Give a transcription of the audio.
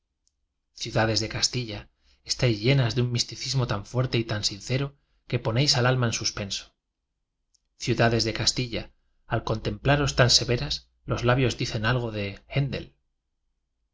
de castilla estáis llenas de un isticismo tan fuerte y tan sincero que pocasrm alltla en suspenso ciudades de castilla al contemplas tan severas los cen algo de